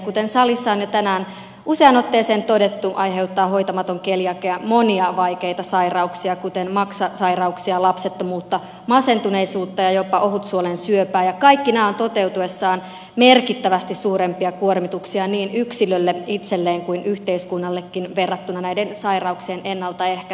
kuten salissa on tänään jo useaan otteeseen todettu aiheuttaa hoitamaton keliakia monia vaikeita sairauksia kuten maksasairauksia lapsettomuutta masentuneisuutta ja jopa ohutsuolen syöpää ja kaikki nämä ovat toteutuessaan merkittävästi suurempia kuormituksia niin yksilölle itselleen kuin yhteiskunnallekin verrattuna näiden sairauksien ennaltaehkäisyyn